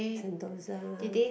Sentosa